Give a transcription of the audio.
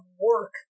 work